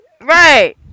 Right